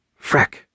Freck